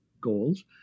goals